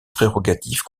prérogatives